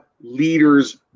leaders